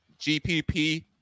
GPP